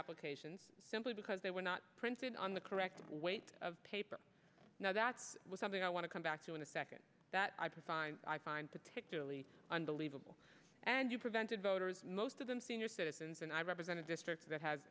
applications simply because they were not printed on the correct weight of paper now that's something i want to come back to in a second that i prefer i find particularly unbelievable and you prevented voters most of them senior citizens and i represent a district that ha